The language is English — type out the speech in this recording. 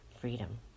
freedom